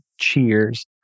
cheers